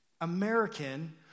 American